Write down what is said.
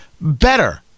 better